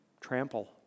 trample